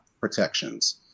protections